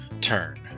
turn